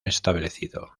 establecido